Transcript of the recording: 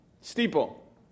Steeple